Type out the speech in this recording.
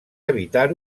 evitar